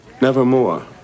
nevermore